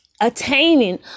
attaining